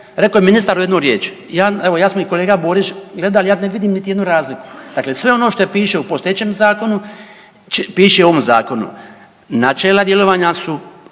Rekao je ministar u jednu riječ, evo ja smo i kolega Borić gledali ja ne vidim niti jednu razliku. Dakle, sve ono što piše u postojećem zakonu piše i u ovom zakonu. Načela djelovanja su